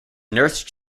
nurse